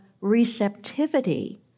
receptivity